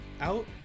out